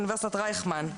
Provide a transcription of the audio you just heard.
אוניברסיטת רייכמן,